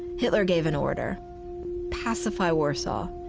hitler gave an order pacify warsaw.